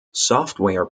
software